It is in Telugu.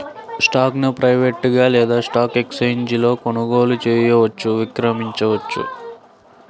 స్టాక్ను ప్రైవేట్గా లేదా స్టాక్ ఎక్స్ఛేంజీలలో కొనుగోలు చేయవచ్చు, విక్రయించవచ్చు